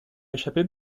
échappée